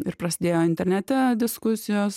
ir prasidėjo internete diskusijos